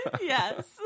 yes